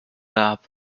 gab